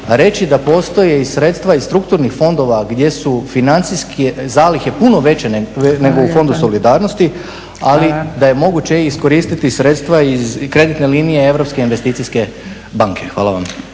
reći da postoje i sredstva iz strukturnih fondova gdje su financijske zalihe puno veće nego u fondu solidarnosti, ali da je moguće iskoristiti sredstva iz kreditne linije Europske investicijske banke. Hvala vam.